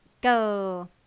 Go